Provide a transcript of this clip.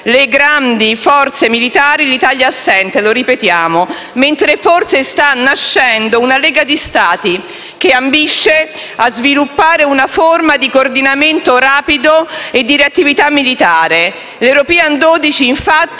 le grandi forze militari e l'Italia è assente - lo ripeto - mentre forse sta nascendo una lega di Stati che ambisce a sviluppare una forma di coordinamento rapido e di reattività militare. L'European 12, infatti,